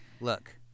look